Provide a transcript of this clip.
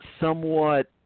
somewhat